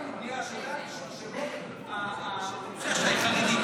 ובנייה שרוב האוכלוסייה שלה היא חרדית,